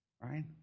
right